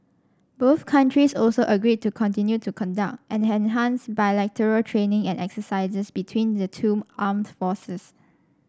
both countries also agreed to continue to conduct and enhance bilateral training and exercises between the two armed forces